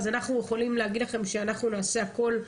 אז אנחנו יכולים להגיד לכם שאנחנו נעשה הכול,